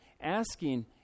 asking